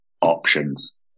options